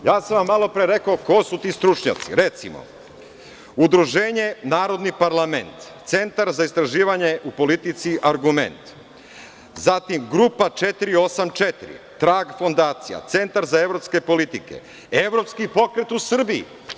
Malopre sam vam rekao ko su ti stručnjaci, recimo, Udruženje Narodni parlament, Centar za istraživanje u politici Argument, zatim Grupa 484, Trag fondacija, Centar za evropske politike, Evropski pokret u Srbiji.